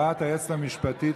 הם יותר מקצועיים,